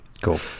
cool